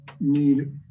need